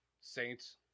Saints